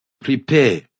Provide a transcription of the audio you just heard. prepare